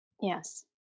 Yes